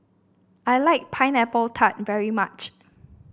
I like Pineapple Tart very much